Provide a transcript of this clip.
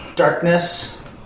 darkness